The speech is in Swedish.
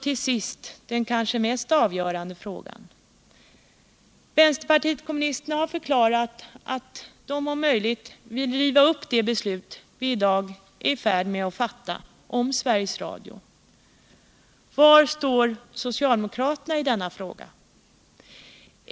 Till sist den kanske mest avgörande frågan: Vi har från vpk förklarat att vi om möjligt vill riva upp det beslut vi i dag är i färd med att fatta om Sveriges Radio. Var står socialdemokraterna i denna fråga?